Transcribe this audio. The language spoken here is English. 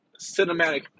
cinematic